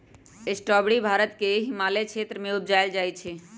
strawberry Bharat के हिमालय क्षेत्र में उपजायल जाइ छइ